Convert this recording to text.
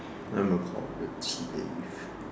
I'm a corporate slave